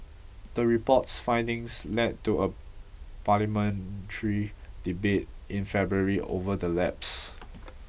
the report's findings led to a parliamentary debate in February over the lapses